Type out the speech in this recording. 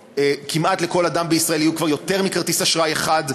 שכמעט לכל אדם בישראל יהיה כבר יותר מכרטיס אשראי אחד,